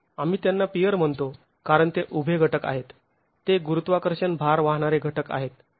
आम्ही त्यांना पियर म्हणतो कारण ते उभे घटक आहेत ते गुरुत्वाकर्षण भार वाहणारे घटक आहेत